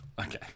Okay